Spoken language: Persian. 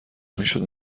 میشد